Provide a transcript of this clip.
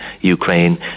Ukraine